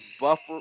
buffer